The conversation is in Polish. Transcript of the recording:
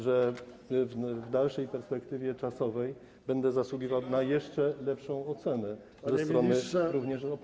że w dalszej perspektywie czasowej będę zasługiwał na jeszcze lepszą ocenę ze strony również opozycji.